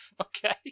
Okay